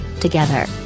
together